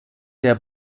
der